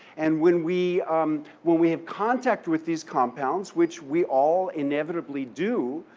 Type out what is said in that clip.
and when we um when we have contact with these compounds, which we all inevitably do,